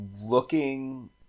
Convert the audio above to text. looking